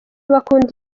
bakunda